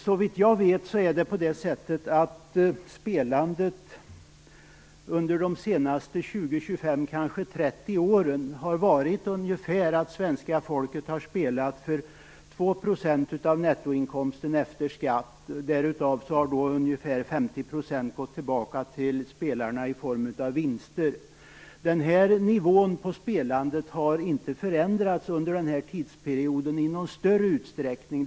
Såvitt jag vet har spelandet under de senaste 20, 25, kanske 30, åren har varit så stort att svenska folket spelat för ungefär 2 % av nettoinkomsten efter skatt. Av det har ungefär 50 % gått tillbaka till spelarna i form av vinster. Denna nivå på spelandet har inte förändrats i någon större utsträckning under den här tidsperioden.